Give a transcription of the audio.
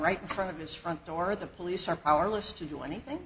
right front of his front door the police are powerless to do anything